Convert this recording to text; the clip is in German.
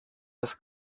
das